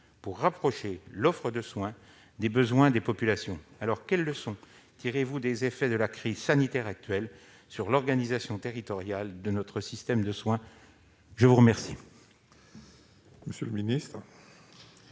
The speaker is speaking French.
de rapprocher l'offre de soins des besoins des populations. Quelles leçons tirez-vous des effets de la crise sanitaire actuelle sur l'organisation territoriale de notre système de soins ? La parole est à M. le secrétaire